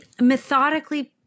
methodically